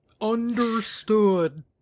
Understood